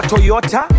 Toyota